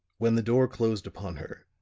when the door closed upon her,